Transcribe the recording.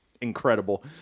incredible